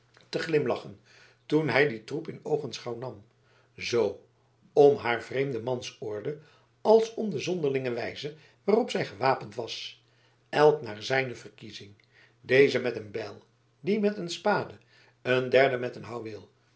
te glimlachen toen hij dien troep in oogenschouw nam zoo om haar vreemde marschorde als om de zonderlinge wijze waarop zij gewapend was elk naar zijne verkiezing deze met een bijl die met een spade een derde met een